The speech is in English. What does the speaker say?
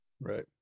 right